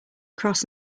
cross